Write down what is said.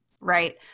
right